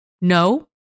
No